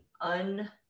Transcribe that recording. un-